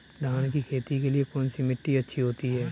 धान की खेती के लिए कौनसी मिट्टी अच्छी होती है?